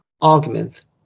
arguments